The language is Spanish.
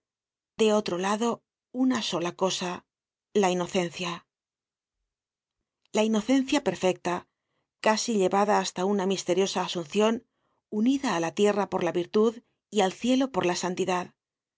de otro lado una sola cdsa la ino cencía content from google book search generated at la inocencia perfecta casi llevada hasta una misteriosa asuncion unida á la tierra por la virtud y al cielo por la santidad